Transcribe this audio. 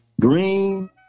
green